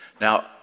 Now